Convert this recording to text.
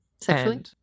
Sexually